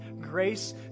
grace